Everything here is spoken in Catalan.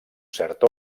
cert